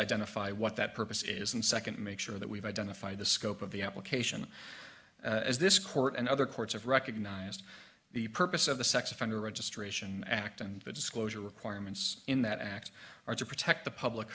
identify what that purpose is and second to make sure that we've identified the scope of the application as this court and other courts have recognized the purpose of the sex offender registration act and the disclosure requirements in that act are to protect the public